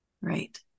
right